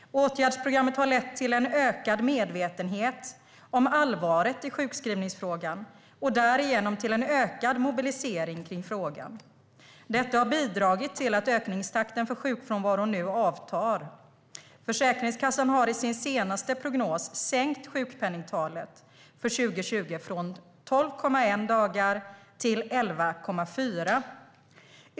Åtgärdsprogrammet har lett till en ökad medvetenhet om allvaret i sjukskrivningsfrågan och därigenom till en ökad mobilisering kring frågan. Detta har bidragit till att ökningstakten för sjukfrånvaron nu avtar. Försäkringskassan har i sin senaste prognos sänkt sjukpenningtalet för 2020 från 12,1 dagar till 11,4.